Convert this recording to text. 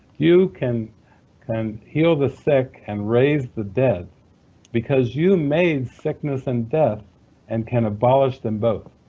you can can heal the sick and raise the dead because you made sickness and death and can abolish them both.